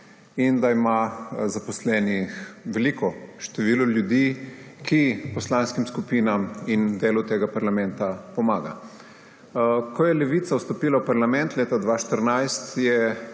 in da ima zaposleno veliko število ljudi, ki poslanskim skupinam in delu tega parlamenta pomagajo. Ko je Levica stopila v parlament leta 2014,